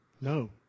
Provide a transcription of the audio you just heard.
No